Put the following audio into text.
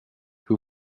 who